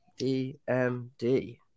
DMD